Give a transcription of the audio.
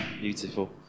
Beautiful